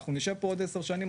אנחנו נשב פה בעוד 10 שנים,